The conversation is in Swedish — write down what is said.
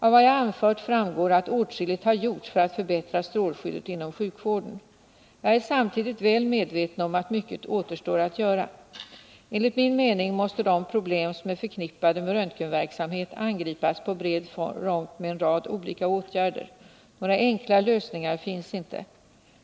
Av vad jag har anfört framgår att åtskilligt har gjorts för att förbättra strålskyddet inom sjukvården. Jag är samtidigt väl medveten om att mycket återstår att göra. Enligt min mening måste de problem som är förknippade med röntgenverksamhet angripas på bred front med en rad olika åtgärder. Några enkla lösningar finns inte.